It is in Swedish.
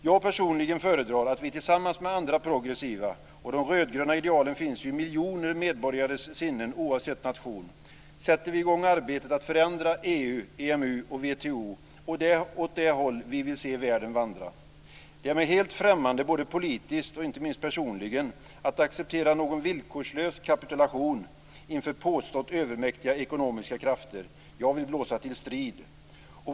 Jag föredrar att vi tillsammans med andra progressiva - och de rödgröna idealen finns ju i miljoner medborgares sinnen oavsett nation - sätter i gång arbetet att förändra EU, EMU och WTO åt det håll vi vill se världen vandra. Det är mig helt främmande, både politiskt och inte minst personligen, att acceptera någon villkorslös kapitulation inför påstått övermäktiga ekonomiska krafter. Jag vill blåsa till strid!